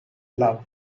love